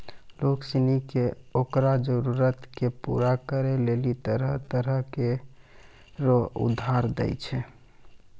लोग सनी के ओकरो जरूरत के पूरा करै लेली तरह तरह रो उधार दै छै